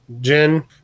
Jen